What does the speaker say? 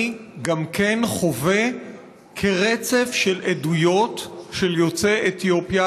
גם אני חווה ברצף של עדויות של יוצאי אתיופיה,